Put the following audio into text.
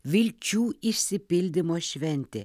vilčių išsipildymo šventė